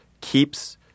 keeps